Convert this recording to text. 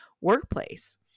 workplace